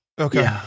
Okay